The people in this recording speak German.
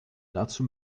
dazu